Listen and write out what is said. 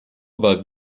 aber